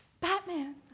Batman